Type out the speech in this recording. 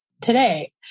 today